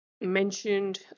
mentioned